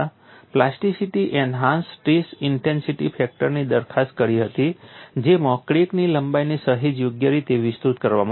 plasticity enhanced stress intensity ફેક્ટરની દરખાસ્ત કરી હતી જેમાં ક્રેકની લંબાઈને સહેજ યોગ્ય રીતે વિસ્તૃત કરવામાં આવી હતી